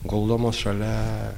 guldomos šalia